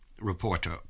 reporter